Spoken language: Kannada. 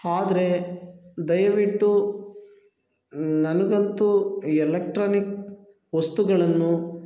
ಆದ್ರೆ ದಯವಿಟ್ಟು ನನಗಂತೂ ಯಲೆಕ್ಟ್ರಾನಿಕ್ ವಸ್ತುಗಳನ್ನು